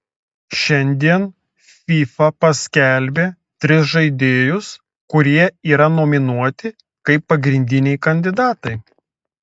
šiandien fifa paskelbė tris žaidėjus kurie yra nominuoti kaip pagrindiniai kandidatai